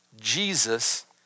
Jesus